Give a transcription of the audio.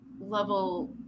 level